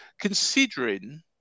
considering